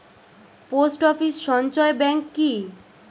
Post office সঞ্চয় bank কি?